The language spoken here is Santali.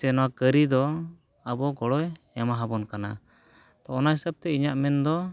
ᱥᱮ ᱱᱚᱣᱟ ᱠᱟᱹᱨᱤ ᱫᱚ ᱟᱵᱚ ᱜᱚᱲᱚᱭ ᱮᱢᱟᱵᱚᱱ ᱠᱟᱱᱟᱭ ᱛᱚ ᱚᱱᱟ ᱦᱤᱥᱟᱹᱵᱽᱛᱮ ᱤᱧᱟᱹᱜ ᱢᱮᱱ ᱫᱚ